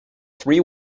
three